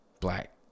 black